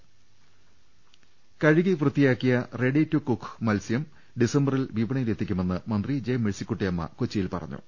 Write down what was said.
ദർവ്വെടു കഴുകി വൃത്തിയാക്കിയ ready to cook മത്സ്യം ഡിസംബറിൽ വിപണിയിലെത്തിക്കുമെന്ന് മന്ത്രി ജെ മേഴ്സിക്കുട്ടിയമ്മ കൊച്ചിയിൽ പറഞ്ഞു